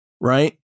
right